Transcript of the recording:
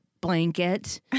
blanket